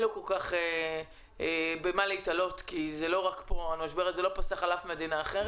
כל כך במה להיתלות כי המשבר הזה לא פסח על אף מדינה.